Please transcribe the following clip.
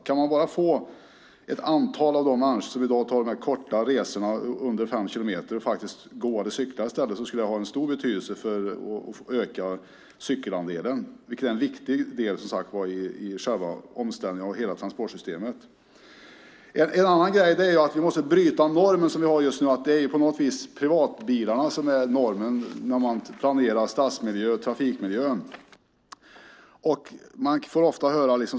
Kan man bara få ett antal av de människor som i dag tar dessa korta resor med bil att gå eller cykla i stället skulle det öka cykelandelen rejält, vilket som sagt är en viktig del i omställningen av hela transportsystemet. I dag är privatbilarna normen när man planerar stads och trafikmiljö. Det måste vi ändra på.